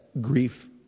grief